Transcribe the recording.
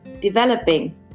developing